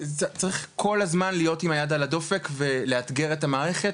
צריך כל הזמן להיות עם היד על הדופק ולאתגר את המערכת,